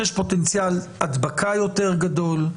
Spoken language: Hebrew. יש פוטנציאל הדבקה יותר גדול.